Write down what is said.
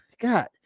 God